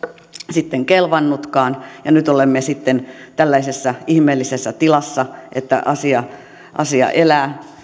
sitten kelvannutkaan nyt olemme sitten tällaisessa ihmeellisessä tilassa että asia asia elää